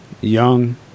young